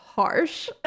Harsh